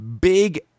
big